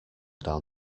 down